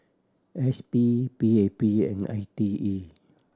S P P A P and I T E